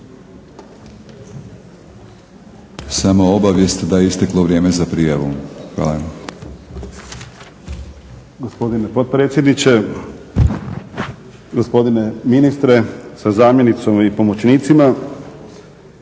Samo obavijest da je isteklo vrijeme za prijavu. Hvala.